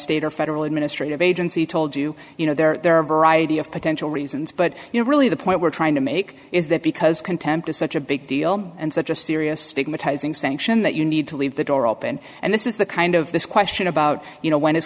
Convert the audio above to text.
state or federal administrative agency told you you know there are a variety of potential reasons but you know really the point we're trying to make is that because contempt is such a big deal and such a serious stigmatizing sanction that you need to leave the door open and this is the kind of this question about you know when i